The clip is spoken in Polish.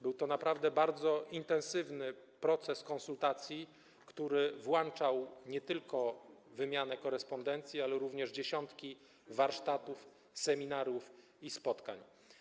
Był to naprawdę bardzo intensywny proces konsultacji, który obejmował nie tylko wymianę korespondencji, ale również dziesiątki warsztatów, seminariów i spotkań.